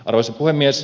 arvoisa puhemies